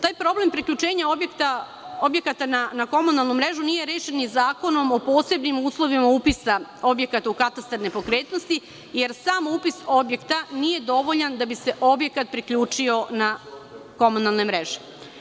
Taj problem priključenja objekata na komunalnu mrežu nije rešen ni Zakonom o posebnim uslovima upisa objekata u katastar nepokretnosti, jer sam upis objekta nije dovoljan da bi se objekat priključio na komunalne mreže.